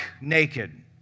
naked